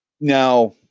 Now